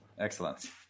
Excellent